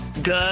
Good